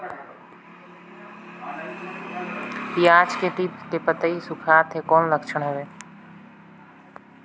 पियाज के टीप टीप के पतई सुखात हे कौन लक्षण हवे?